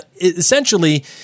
essentially